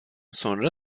sonra